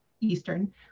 Eastern